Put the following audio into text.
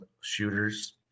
shooters